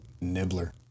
Nibbler